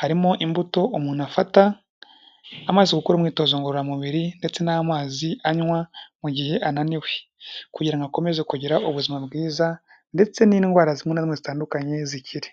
harimo imbuto umuntu afata amaze gukora umwitozo ngororamubiri ndetse n'amazi anywa mu gihe ananiwe kugira ngo akomeze kugira ubuzima bwiza ndetse n'indwara z'imwe na zimwe zitandukanye zikire.